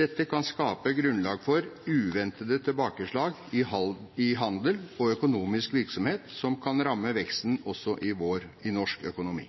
Dette kan skape grunnlag for uventede tilbakeslag i handel og økonomisk virksomhet som kan ramme veksten også i norsk økonomi.